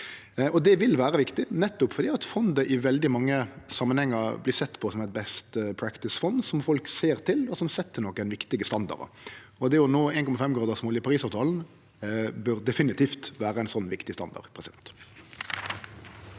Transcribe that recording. Det vil vere viktig, nettopp fordi fondet i veldig mange samanhengar vert sett på som eit «best practice»-fond som folk ser til, og som set nokre viktige standardar. Å nå 1,5-gradersmålet i Parisavtalen bør definitivt vere ein slik viktig standard. Lan